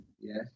Yes